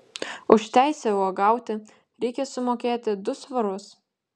už teisę uogauti reikia sumokėti du svarus